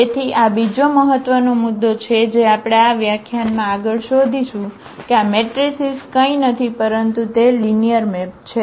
તેથી આ બીજો મહત્વનો મુદ્દો છે જે આપણે આ વ્યાખ્યાનમાં આગળ શોધીશું કે આ મેટ્રિસીસ કંઈ નથી પરંતુ તે લિનિયર મેપ છે